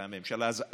שרי הממשלה.